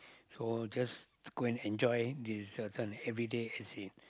so just go and enjoy the certain every day as in